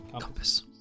Compass